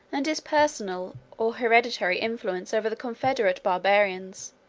and his personal, or hereditary, influence over the confederate barbarians,